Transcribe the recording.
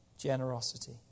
generosity